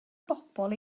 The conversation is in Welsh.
bobol